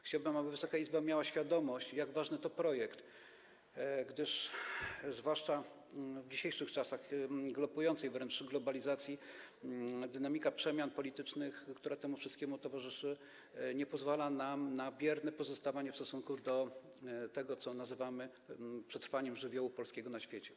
Chciałbym, aby Wysoka Izba miała świadomość, jak ważny to projekt, gdyż zwłaszcza w dzisiejszych czasach galopującej wręcz globalizacji dynamika przemian politycznych, która temu wszystkiemu towarzyszy, nie pozwala nam na pozostawanie biernymi w stosunku do tego, co nazywamy przetrwaniem żywiołu polskiego na świecie.